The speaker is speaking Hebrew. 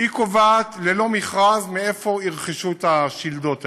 קובעת ללא מכרז איפה ירכשו את השלדות האלה,